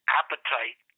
appetite